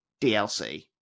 DLC